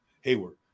Hayward